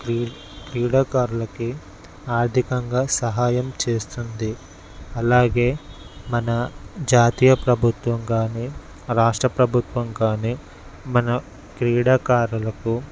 క్రీ క్రీడాకారులకి ఆర్థికంగా సహాయం చేస్తుంది అలాగే మన జాతీయ ప్రభుత్వం కానీ రాష్ట్ర ప్రభుత్వం కానీ మన క్రీడాకారులకు